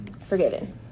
forgiven